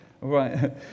Right